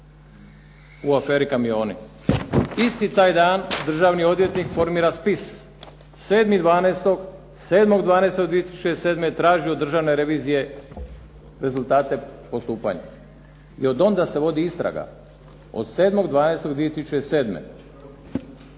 u aferi kamioni." Isti taj dan državni odvjetnik formira spis. 7.12.2007. traži od Državne revizije rezultate postupanja i od onda se vodi istraga od 7.12.2007.,